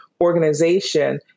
organization